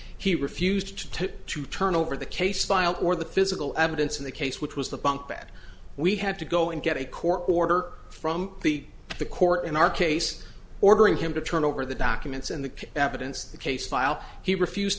he refused to turn over the case file or the physical evidence in the case which was the bunk that we had to go and get a court order from the the court in our case ordering him to turn over the documents and the evidence the case file he refused